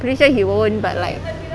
pretty sure he won't but like